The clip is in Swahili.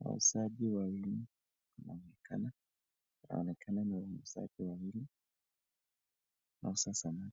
wauzaji wawili wanaonekana. Inaonekana ni wauzaji wawili wanaouza samaki.